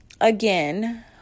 again